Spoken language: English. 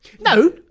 no